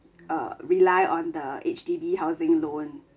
err rely on the H_D_B housing loan